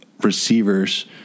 receivers